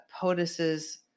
POTUS's